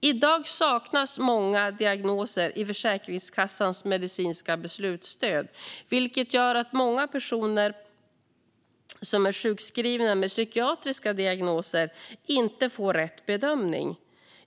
I dag saknas många diagnoser i Försäkringskassans medicinska beslutsstöd, vilket gör att många personer som är sjukskrivna med psykiatriska diagnoser inte får rätt bedömning.